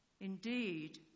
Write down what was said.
Indeed